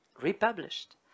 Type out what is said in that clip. republished